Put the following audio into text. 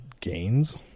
Gains